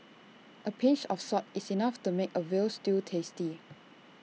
A pinch of salt is enough to make A Veal Stew tasty